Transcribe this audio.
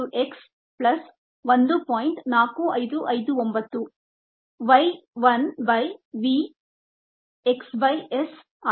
4559 y 1 by v x by s ಆಗಿದೆ